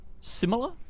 similar